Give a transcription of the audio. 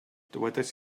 dywedais